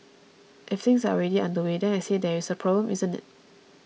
if things are already underway then I say there is a problem isn't it